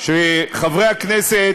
שחברי הכנסת,